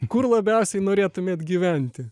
kur labiausiai norėtumėt gyventi